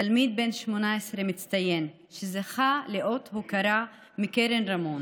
תלמיד בן 18, מצטיין, שזכה לאות הוקרה מקרן רמון